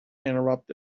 interrupted